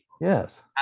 Yes